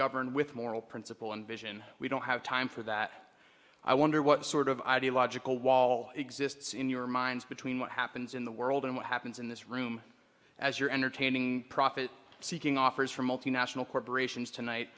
govern with moral principle and vision we don't have time for that i wonder what sort of ideological wall exists in your minds between what happens in the world and what happens in this room as you're entertaining profit seeking offers from multinational corporations tonight